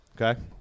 Okay